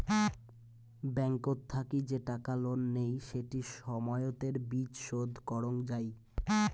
ব্যাংকত থাকি যে টাকা লোন নেই সেটি সময়তের বিচ শোধ করং যাই